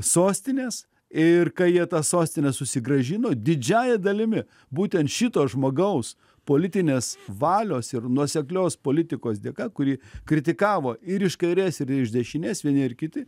sostinės ir kai jie tą sostinę susigrąžino didžiąja dalimi būtent šito žmogaus politinės valios ir nuoseklios politikos dėka kurį kritikavo ir iš kairės ir iš dešinės vieni ir kiti